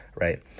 right